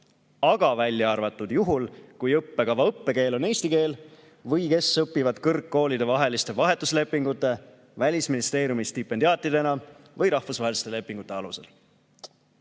aga välja arvatud juhul, kui õppekava õppekeel on eesti keel või kui õpitakse kõrgkoolidevaheliste vahetuslepingute, välisministeeriumi stipendiaatidena või rahvusvaheliste lepingute alusel. Head